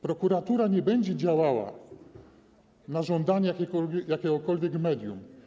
Prokuratura nie będzie działała na żądanie jakiegokolwiek medium.